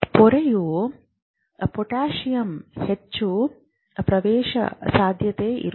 ಪೊರೆಯು ಪೊಟ್ಯಾಸಿಯಮ್ಗೆ ಹೆಚ್ಚು ಪ್ರವೇಶಸಾಧ್ಯವಾಗಿರುತ್ತದೆ